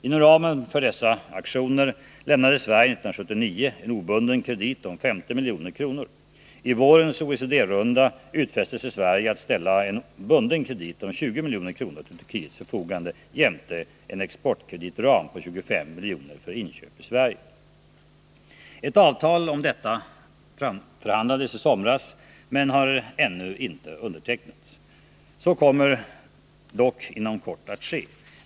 Inom ramen för dessa aktioner lämnade Sverige 1979 en obunden kredit om 50 milj.kr. I vårens OECD-runda utfäste sig Sverige att ställa en bunden kredit om 20 milj.kr. till Turkiets förfogande jämte en exportkreditram på 25 milj.kr. för inköp i Sverige. Ett avtal om detta framförhandlades i somras men har ännu inte undertecknats. Så kommer dock inom kort att ske.